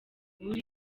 buri